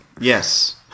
Yes